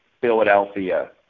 Philadelphia